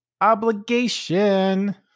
Obligation